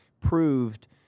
proved